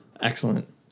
excellent